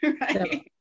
Right